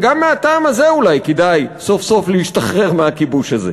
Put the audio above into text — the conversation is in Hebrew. וגם מהטעם הזה אולי כדאי סוף-סוף להשתחרר מהכיבוש הזה.